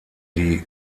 die